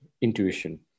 intuition